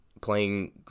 playing